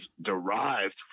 derived